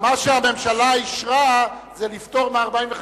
מה שהממשלה אישרה זה לפטור מ-45